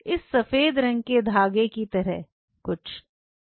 इस सफेद रंग के धागे की तरह कुछ